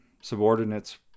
subordinates